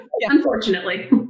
Unfortunately